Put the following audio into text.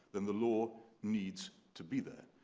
then the law needs to be there.